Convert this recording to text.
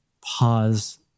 pause